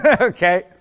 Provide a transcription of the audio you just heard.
okay